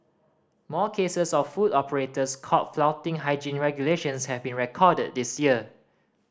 more cases of food operators caught flouting hygiene regulations have been recorded this year